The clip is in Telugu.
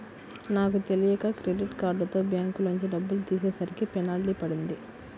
నాకు తెలియక క్రెడిట్ కార్డుతో బ్యాంకులోంచి డబ్బులు తీసేసరికి పెనాల్టీ పడింది